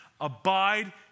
Abide